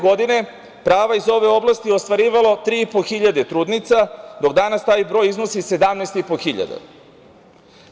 Godine 2012. prava iz ove oblasti ostvarivalo je 3.500 trudnica, dok danas taj broj iznosi 17.500.